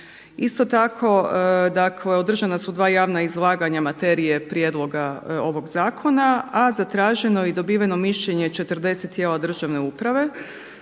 Isto tako dakle održana su dva javna izlaganja materije prijedloga ovoga zakona a zatraženo je i dobiveno mišljenje 40 tijela državne uprave,